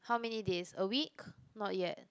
how many days a week not yet